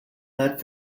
that